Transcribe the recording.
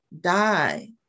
die